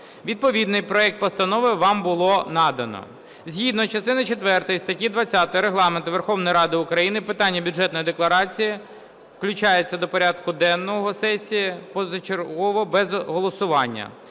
Відповідний проект постанови вам було надано. Згідно частини четвертої статті 20 Регламенту Верховної Ради України питання Бюджетної декларації включається до порядку денного сесії позачергово без голосування.